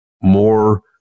more